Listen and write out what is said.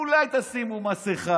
אולי תשימו מסכה?